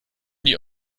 die